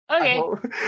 Okay